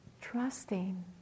Trusting